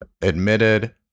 admitted